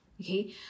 okay